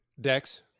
Dex